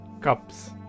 cups